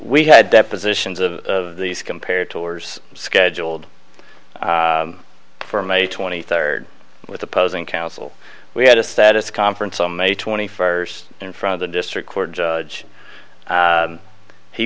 we had depositions of these compared to ours scheduled for may twenty third with opposing counsel we had a status conference on may twenty fifth in front of the district court judge